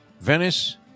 Venice